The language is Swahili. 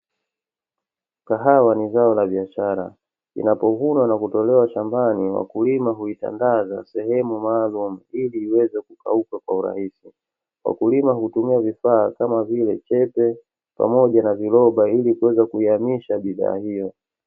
Kahawa ni zao la biashara linapovunwa na kutolewa shambani mkulima huitandaza sehemu maalumu ili iweze kukauka kwa urahisi. Wakulima hutumia vifaa kama vile chepe pamoja na viroba ili kuweza kuyahamisha bidhaa hiyo.